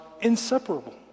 inseparable